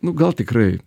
nu gal tikrai